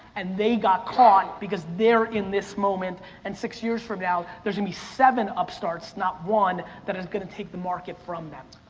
and they got caught because they're in this moment and six years from now there's gonna be seven upstarts not one, that is going to take the market from them.